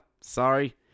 Sorry